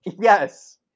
Yes